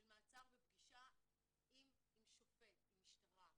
של מעצר ופגישה עם שופט, עם משטרה,